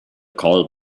call